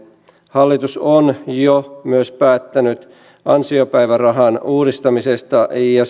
hallitus on jo myös päättänyt ansiopäivärahan uudistamisesta ja